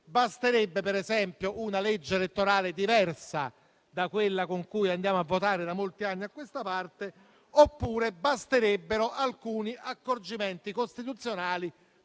Basterebbe, per esempio, una legge elettorale diversa da quella con cui andiamo a votare da molti anni a questa parte, oppure basterebbero alcuni accorgimenti costituzionali,